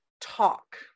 talk